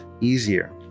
easier